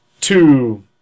two